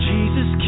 Jesus